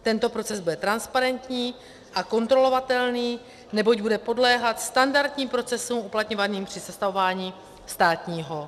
Tento proces bude transparentní a kontrolovatelný, neboť bude podléhat standardním procesům uplatňovaným při sestavování státního rozpočtu.